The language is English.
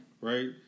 Right